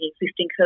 existing